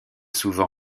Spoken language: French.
souvent